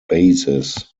basis